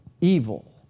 evil